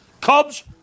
Cubs